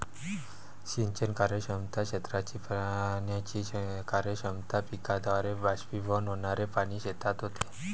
सिंचन कार्यक्षमता, क्षेत्राची पाण्याची कार्यक्षमता, पिकाद्वारे बाष्पीभवन होणारे पाणी शेतात होते